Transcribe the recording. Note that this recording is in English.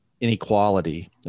inequality